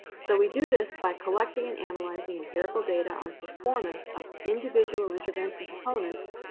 so we do this by collecting and analyzing empirical data on performance of individual intervention components.